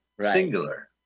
singular